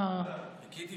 חיכיתי